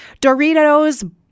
Doritos